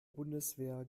bundeswehr